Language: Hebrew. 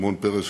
שמעון פרס,